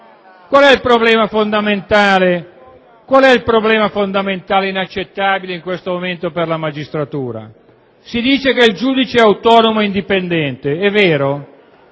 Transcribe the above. Qual è il problema fondamentale e inaccettabile in questo momento per la magistratura? Si dice che il giudice è autonomo e indipendente, ma